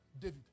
David